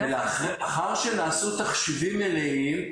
ולאחר שנעשו תחשיבים מלאים,